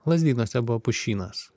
lazdynuose buvo pušynas